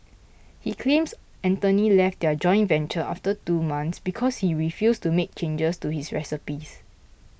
he claims Anthony left their joint venture after two months because he refused to make changes to his recipes